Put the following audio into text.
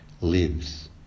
lives